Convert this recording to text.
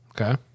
Okay